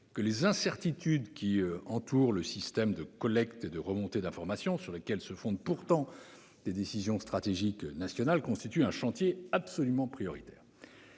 que les incertitudes qui entourent le système de collecte et de remontée d'informations, sur lequel se fondent pourtant des décisions stratégiques nationales, constituent un chantier absolument prioritaire.